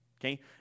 Okay